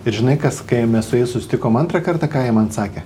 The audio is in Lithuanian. ir žinai kas kai mes su jais susitikom antrą kartą ką jie man sakė